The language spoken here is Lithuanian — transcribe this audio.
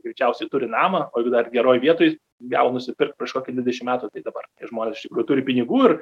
greičiausiai turi namą o jeigu dar geroj vietoj gavo nusipirkt pireš kokį dvidešim metų tai dabar žmonės iš tikrųjų turi pinigų ir